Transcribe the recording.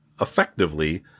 effectively